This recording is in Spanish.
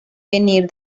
venir